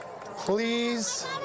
Please